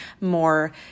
more